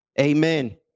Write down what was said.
Amen